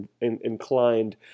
inclined